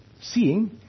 seeing